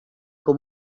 com